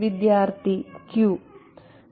വിദ്യാർത്ഥി q